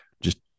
just-